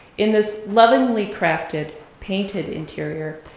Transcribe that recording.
in this lovingly crafted painted interior,